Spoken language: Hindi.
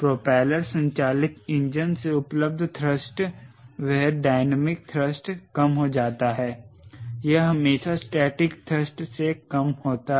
प्रोपेलर संचालित इंजन से उपलब्ध थ्रस्ट वह डायनामिक थ्रस्ट कम हो जाता है यह हमेशा स्टेटिक थ्रस्ट से कम होता है